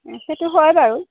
সেইটো হয় বাৰু